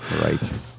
Right